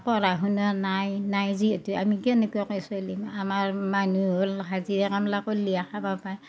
পঢ়া শুনা নাই নাই যিহেতু আমি কেনেকুৱাকে চলিম আমাৰ মানহু হ'ল হাজিৰা কামলা কল্লিহে খাবা পায়